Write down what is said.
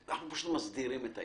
אנחנו פשוט מסדירים את העניין.